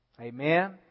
Amen